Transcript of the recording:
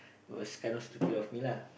was kind of stupid of me lah